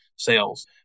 sales